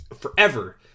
forever